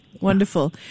Wonderful